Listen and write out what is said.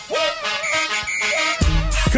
Woo